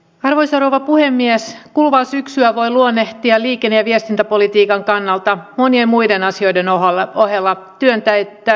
arvoisa rouva puhemies kuluva syksyä voi luonnehtia liikenneviestintäpolitiikan kannalta monien tehdyt leikkaukset kerryttivät myös kunnossapito ja koulutusvelkaa